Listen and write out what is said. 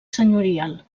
senyorial